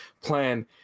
plan